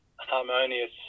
harmonious